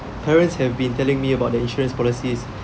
parents have been telling me about the insurance policies